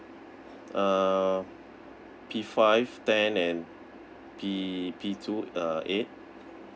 uh P five ten and P P two uh eight